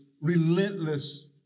relentless